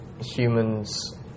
humans